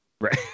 Right